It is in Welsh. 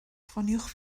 ffoniwch